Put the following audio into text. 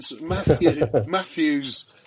Matthew's